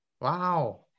Wow